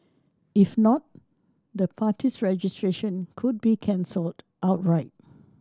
if not the party's registration could be cancelled outright